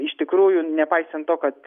iš tikrųjų nepaisant to kad